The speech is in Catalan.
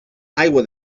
aigua